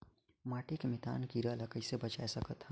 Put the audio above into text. माटी के मितान कीरा ल कइसे बचाय सकत हन?